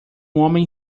homem